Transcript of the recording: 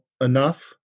enough